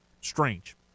Strange